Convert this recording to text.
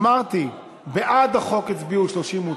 אמרתי, בעד החוק הצביעו 39,